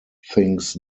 things